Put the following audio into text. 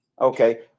Okay